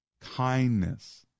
kindness